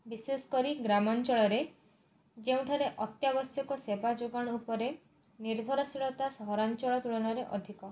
ବିଶେଷ କରି ଗ୍ରାମାଞ୍ଚଳରେ ଯେଉଁଠାରେ ଅତ୍ୟାବଶ୍ୟକ ସେବା ଯୋଗାଣ ଉପରେ ନିର୍ଭରଶୀଳତା ସହରାଞ୍ଚଳ ତୁଳନାରେ ଅଧିକ